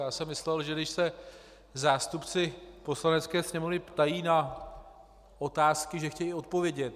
Já jsem myslel, že když se zástupci Poslanecké sněmovny ptají na otázky, že chtějí odpovědět.